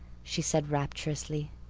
she said rapturously.